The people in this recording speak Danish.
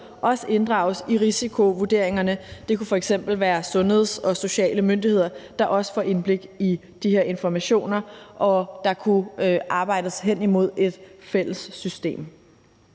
også inddrages i risikovurderingerne. Det kunne f.eks. være sundheds- og sociale myndigheder, der også får indblik i de her informationer, og der kunne arbejdes hen imod et fælles system.